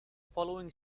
following